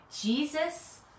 Jesus